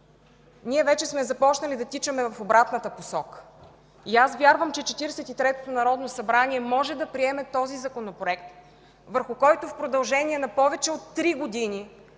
ние вече сме започнали да тичаме в обратната посока. И аз вярвам, че Четиридесет и третото народно събрание може да приеме този Законопроект, върху който в продължение на повече от три години